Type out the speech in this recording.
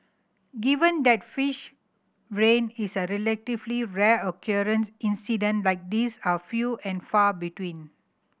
given that fish rain is a relatively rare occurrence incident like these are few and far between